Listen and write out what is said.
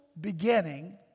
beginning